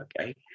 Okay